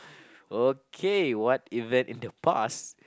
okay what event in the past